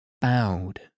bowed